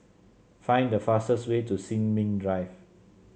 find the fastest way to Sin Ming Drive